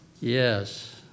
yes